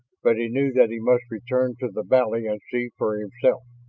but he knew that he must return to the valley and see for himself.